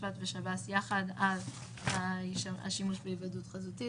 פילוח בהיוועדות חזותית.